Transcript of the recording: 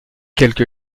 quelque